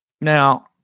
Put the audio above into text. Now